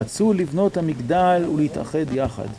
רצו לבנות המגדל ולהתאחד יחד